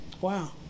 Wow